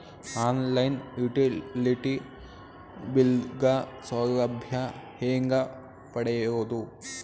On line utility bill ಗ ಸೌಲಭ್ಯ ಹೇಂಗ ಪಡೆಯೋದು?